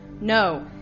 No